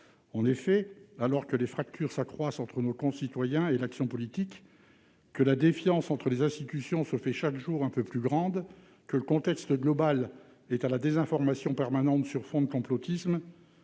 Alors que les fractures s'accroissent entre nos concitoyens et l'action politique, que la défiance entre les institutions se fait chaque jour un peu plus grande, que le contexte global est à la désinformation permanente sur fond de complotisme